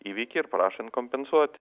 įvykį ir prašant kompensuoti